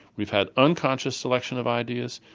we've had unconscious selection of ideas,